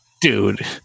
Dude